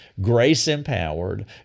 grace-empowered